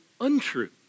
untrue